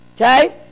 okay